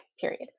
period